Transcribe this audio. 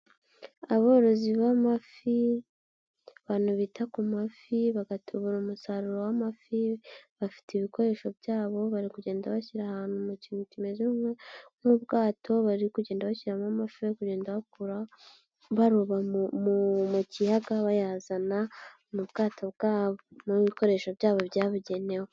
Aborozi b'amafi abantu bita ku mafi, bagatubura umusaruro w'amafi, bafite ibikoresho byabo bari kugenda bashyira ahantu mu kintu kimeze nk'ubwato, bari kugenda bashyiramo amafi bari kugenda bakura, baroba mu mu kiyaga bayazana mu bwato bwabo n'ibikoresho byabo byabugenewe.